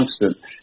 constant